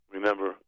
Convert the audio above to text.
Remember